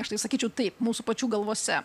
aš tai sakyčiau taip mūsų pačių galvose